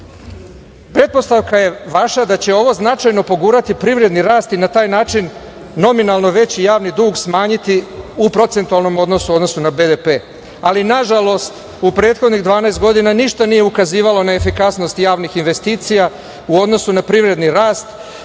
30%.Pretpostavka je vaša da će ovo značajno pogurati privredni rast i na taj način nominalno veći javni dug smanjiti u procentualnom odnosu, u odnosnu na BDP, ali nažalost u prethodnih 12 godina ništa nije ukazivalo na efikasnost javnih investicija u odnosu na privredni rast.